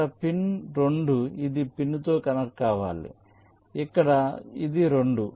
ఇక్కడ పిన్ 2 ఇది పిన్తో కనెక్ట్ కావాలి ఇక్కడ ఇది 2